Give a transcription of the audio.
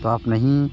तो आप नहीं